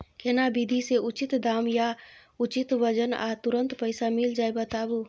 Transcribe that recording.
केना विधी से उचित दाम आ उचित वजन आ तुरंत पैसा मिल जाय बताबू?